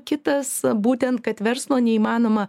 kitas būtent kad verslo neįmanoma